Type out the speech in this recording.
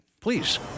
please